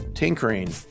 tinkering